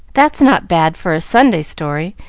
that's not bad for a sunday story,